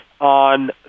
on